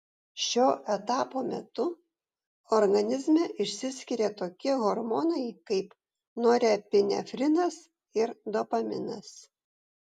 šio etapo metu organizme išsiskiria tokie hormonai kaip norepinefrinas ir dopaminas